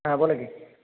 हां बोला की